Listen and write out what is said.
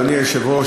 אדוני היושב-ראש,